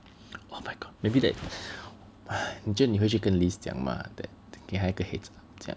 oh my god maybe that 你觉得你会去跟 Liz 讲 mah 给他一个 heads up 这样